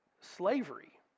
slavery